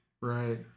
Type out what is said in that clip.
right